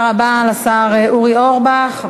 תודה רבה לשר אורי אורבך.